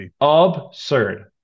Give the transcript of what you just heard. absurd